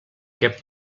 què